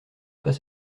pas